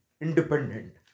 independent